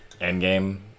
Endgame